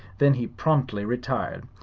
then he promptly retired,